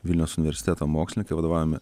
vilniaus universiteto mokslininkai vadovaujami